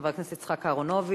חבר הכנסת יצחק אהרונוביץ.